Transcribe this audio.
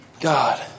God